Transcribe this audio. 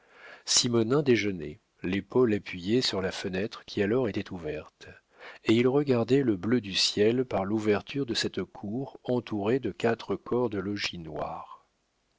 simonnin déjeunait l'épaule appuyée sur la fenêtre qui alors était ouverte et il regardait le bleu du ciel par l'ouverture de cette cour entourée de quatre corps de logis